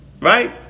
right